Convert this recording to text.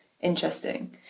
interesting